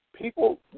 People